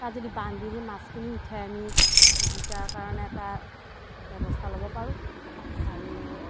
তাক যদি বান্ধি মাছখিনি উঠাই আমি জীৱিকাৰ কাৰণে এটা ব্যৱস্থা ল'ব পাৰোঁ আৰু